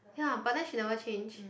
ya but then she never change